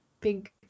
Big